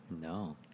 No